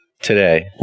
today